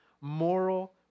moral